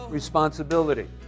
responsibility